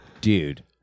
Dude